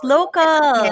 Local